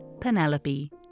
Penelope